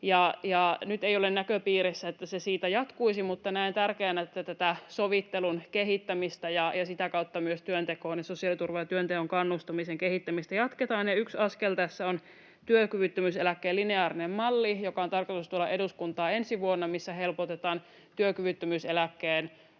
nyt ei ole näköpiirissä, että se siitä jatkuisi, mutta näen tärkeänä, että tätä sovittelun kehittämistä ja sitä kautta myös sosiaaliturvan ja työntekoon kannustamisen kehittämistä jatketaan. Ja yksi askel tässä on työkyvyttömyyseläkkeen lineaarinen malli, joka on tarkoitus tuoda eduskuntaan ensi vuonna, missä helpotetaan työkyvyttömyyseläkkeellä